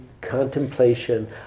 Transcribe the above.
contemplation